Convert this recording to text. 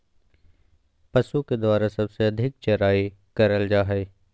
पशु के द्वारा सबसे अधिक चराई करल जा हई